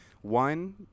one